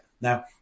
Now